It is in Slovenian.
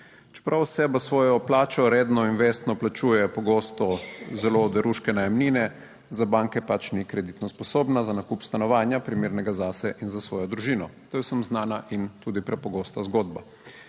Čeprav oseba s svojo plačo redno in vestno plačuje pogosto zelo oderuške najemnine, za banke pač ni kreditno sposobna za nakup stanovanja, primernega zase in za svojo družino. To je vsem znana in tudi prepogosta zgodba.